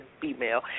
female